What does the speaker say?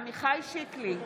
עמיחי שיקלי,